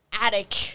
attic